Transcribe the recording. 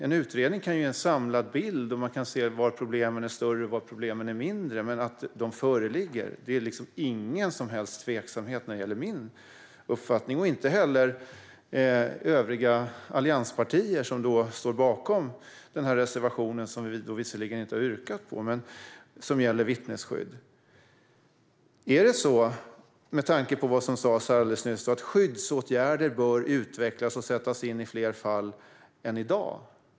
En utredning kan ge en samlad bild, och man kan se var problemen är större och mindre. Men min uppfattning är att det inte finns någon som helst tveksamhet när det gäller att de föreligger. Det gäller även övriga allianspartier som står bakom reservationen om vittnesskydd, som vi visserligen inte har yrkat bifall till. Med tanke på vad som sas alldeles nyss undrar jag om skyddsåtgärder bör utvecklas och sättas in i fler fall än i dag.